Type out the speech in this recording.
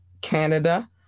Canada